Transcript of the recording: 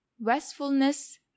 restfulness